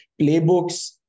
playbooks